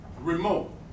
remote